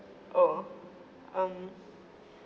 oh um